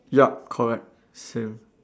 yup correct same